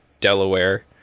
Delaware